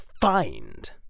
find